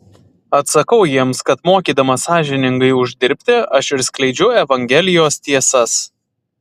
atsakau jiems kad mokydamas sąžiningai uždirbti aš ir skleidžiu evangelijos tiesas